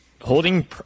holding